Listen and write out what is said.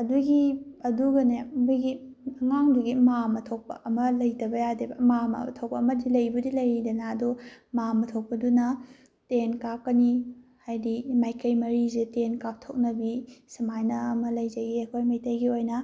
ꯑꯗꯨꯒꯤ ꯑꯗꯨꯒꯅꯦ ꯑꯩꯈꯣꯏꯒꯤ ꯑꯉꯥꯡꯗꯨꯒꯤ ꯃꯥꯝꯃ ꯊꯣꯛꯄ ꯑꯃ ꯂꯩꯇꯕ ꯌꯥꯗꯦꯕ ꯃꯥꯝꯃ ꯊꯣꯛꯄ ꯑꯃꯗꯤ ꯂꯩꯕꯨꯗꯤ ꯂꯩꯔꯤꯗꯅ ꯑꯗꯨ ꯃꯥꯝꯃ ꯊꯣꯛꯄꯗꯨꯅ ꯇꯦꯟ ꯀꯥꯞꯀꯅꯤ ꯍꯥꯏꯗꯤ ꯃꯥꯏꯀꯩ ꯃꯔꯤꯁꯦ ꯇꯦꯟ ꯀꯥꯞꯊꯣꯛꯅꯕꯤ ꯁꯨꯃꯥꯏꯅ ꯑꯃ ꯂꯩꯖꯩꯌꯦ ꯑꯩꯈꯣꯏ ꯃꯩꯇꯩꯒꯤ ꯑꯣꯏꯅ